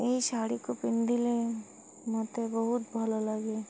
ଏହି ଶାଢ଼ୀକୁ ପିନ୍ଧିଲେ ମୋତେ ବହୁତ ଭଲ ଲାଗେ